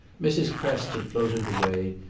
mrs. prest had floated away,